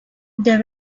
there